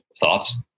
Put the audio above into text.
thoughts